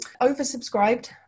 Oversubscribed